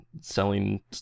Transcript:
selling